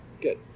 Good